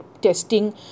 testing